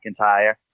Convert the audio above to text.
McIntyre